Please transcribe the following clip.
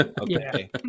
Okay